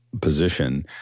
position